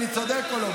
אני צודק או לא?